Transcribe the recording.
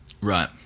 Right